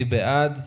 מי בעד?